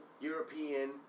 European